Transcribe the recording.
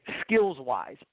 Skills-wise